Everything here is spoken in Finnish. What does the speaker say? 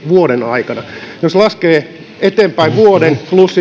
vuoden aikana jos laskee eteenpäin vuoden plus